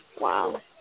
Wow